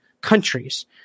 Countries